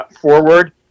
forward